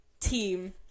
team